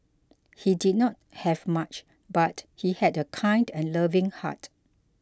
he did not have much but he had a kind and loving heart